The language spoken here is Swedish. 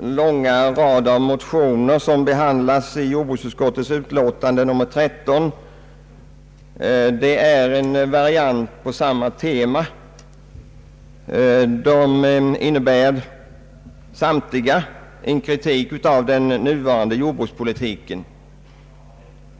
långa rad av motioner som behandlas i anslutning till jordbruksutskottets utlåtande nr 13 är variationer på samma tema. De innebär samtliga en kritik av den nuvarande jordbrukspolitiken.